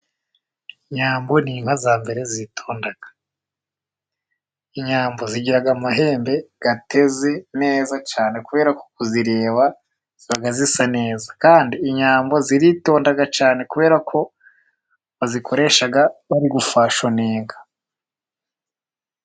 Inyambo ni inka za mbere zitonda, inyambo zigira amahembe ateze neza cyane kubera ko kuzireba ziba zisa neza, kandi inyambo ziritonda cyane kubera ko bazikoresha bari gufashoninga.